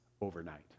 overnight